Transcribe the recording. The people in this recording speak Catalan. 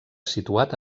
situat